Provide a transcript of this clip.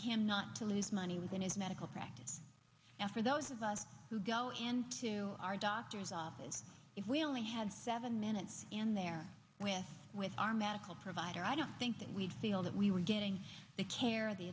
him not to lose money within his medical practice and for those of us who go into our doctor's office if we only had seven minutes in there with us with our medical provider i don't think that we'd feel that we were getting the care the